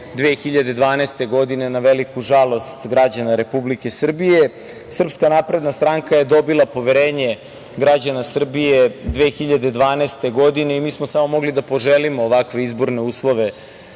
2012. godine, na veliku žalost građana Republike Srbije. Srpska napredna stranka je dobila poverenje građana Srbije 2012. godine i mi smo samo mogli da poželimo ovakve izborne uslove